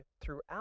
throughout